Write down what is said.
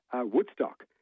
Woodstock